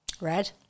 Red